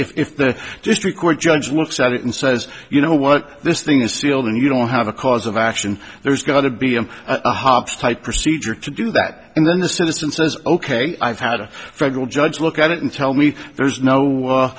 if the district court judge looks at it and says you know what this thing is sealed and you don't have a cause of action there's got to be an hop's type procedure to do that and then the citizen says ok i've had a federal judge look at it and tell me there's